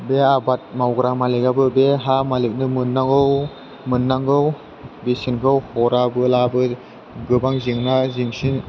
बे आबाद मावग्रा मालिकाबो बे हा मालिकनो मोननांगौ बेसेनखौ हराब्लाबो गोबां जेंना जेंसि